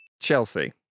Chelsea